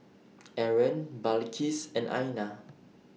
Aaron Balqis and Aina